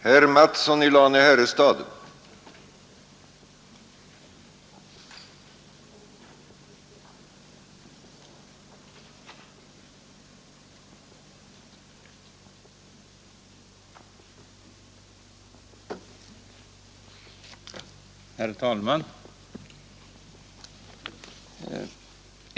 Herr talman!